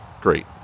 Great